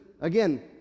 again